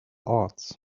arts